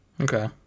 Okay